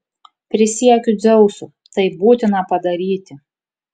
prisiekiu dzeusu tai būtina padaryti